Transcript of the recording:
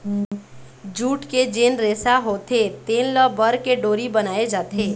jute के जेन रेसा होथे तेन ल बर के डोरी बनाए जाथे